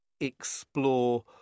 explore